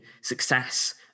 success